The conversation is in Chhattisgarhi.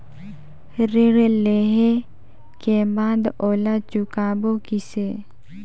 ऋण लेहें के बाद ओला चुकाबो किसे?